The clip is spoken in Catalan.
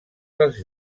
dels